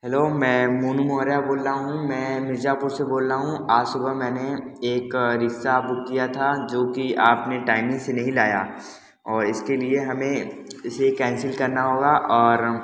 hello मैं मोनू मौर्या बोल रहा हूँ मैं मिर्जापुर से बोल रहा हूँ आज सुबह मैंने एक अ रिक्शा बुक किया था जो कि आपने टाइमिंग से नहीं लाया और इसके लिए हमें इसे कैंसिल करना होगा और